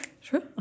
true